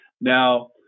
Now